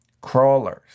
Crawlers